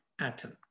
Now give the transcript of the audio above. atom